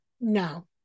No